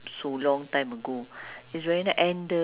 free topic which one you want do